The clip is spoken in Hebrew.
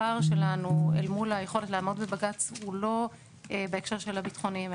הפער שלנו אל מול היכולת לעמוד בבג"ץ הוא לא בהקשר של הביטחוניים,